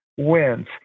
wins